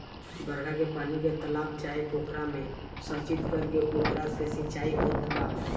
बरखा के पानी के तालाब चाहे पोखरा में संचित करके ओकरा से सिंचाई होत बा